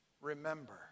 Remember